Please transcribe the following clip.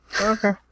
Okay